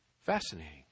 Fascinating